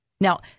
Now